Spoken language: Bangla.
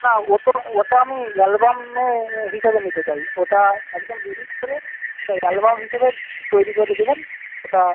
না ও তো ওটা আমি অ্যালবামে হিসেবে নিতে চাই ওটা একদম এডিট করে ওটা অ্যালবাম হিসেবে তৈরি করে দেবেন ওটা